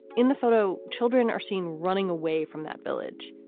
in the photo, children are seen running away from that village.